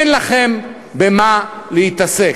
אין לכם במה להתעסק?